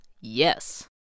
yes